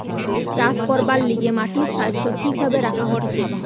চাষ করবার লিগে মাটির স্বাস্থ্য ঠিক ভাবে রাখা হতিছে